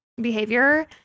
behavior